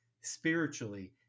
spiritually